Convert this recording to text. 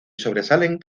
sobresalen